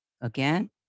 again